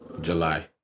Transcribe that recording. July